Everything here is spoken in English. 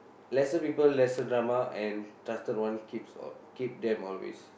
lesser people lesser drama and trusted one keeps keep them always